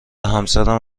همسرم